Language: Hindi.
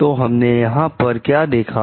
तो हमने यहां पर क्या देखा